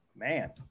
Man